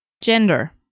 gender